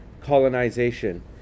colonization